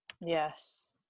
Yes